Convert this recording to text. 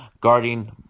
guarding